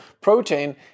protein